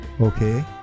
okay